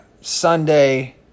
Sunday